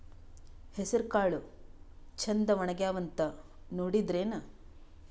ಹೆಸರಕಾಳು ಛಂದ ಒಣಗ್ಯಾವಂತ ನೋಡಿದ್ರೆನ?